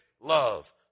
love